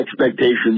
expectations